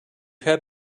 have